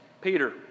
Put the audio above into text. Peter